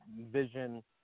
vision